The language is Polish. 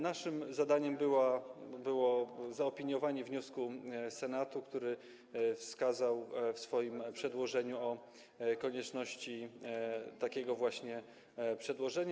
Naszym zadaniem było zaopiniowanie wniosku Senatu, który wskazał w swoim przedłożeniu o konieczności takiego właśnie przedłożenia.